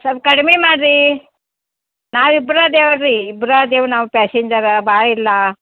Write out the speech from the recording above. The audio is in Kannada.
ಸೊಲ್ಪ ಕಡಿಮೆ ಮಾಡ್ರಿ ನಾವಿಬ್ರು ಅದೇವಲ್ರಿ ಇಬ್ರು ಅದೇವಿ ನಾವು ಪ್ಯಾಸೆಂಜರ ಭಾಳ ಇಲ್ಲ